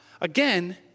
Again